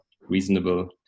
reasonable